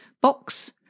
box